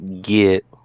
get